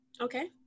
Okay